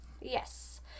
Yes